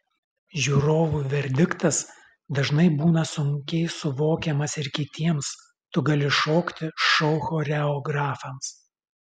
žiūrovų verdiktas dažnai būna sunkiai suvokiamas ir kitiems tu gali šokti šou choreografams